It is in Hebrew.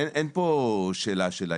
אין שאלה.